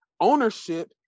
ownership